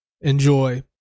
Enjoy